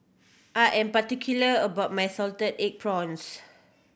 I am particular about my salted egg prawns